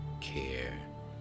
care